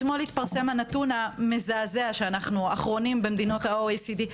אתמול התפרסם הנתון המזעזע שאנחנו אחרונים במדינות ה-OECD,